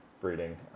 breeding